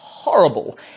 horrible